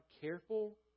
careful